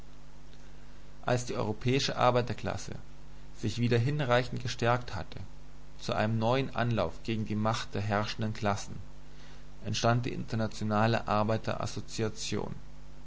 als die europäische arbeiterklasse sich wieder hinreichend gestärkt hatte zu einem neuen anlauf gegen die macht der herrschenden klassen entstand die internationale